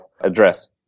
address